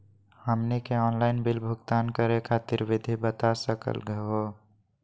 हमनी के online bill भुगतान करे खातीर विधि बता सकलघ हो?